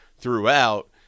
throughout